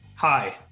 hi.